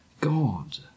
god